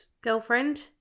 Girlfriend